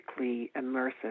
immersive